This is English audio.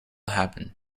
happen